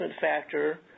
factor